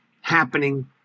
happening